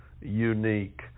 Unique